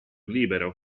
libero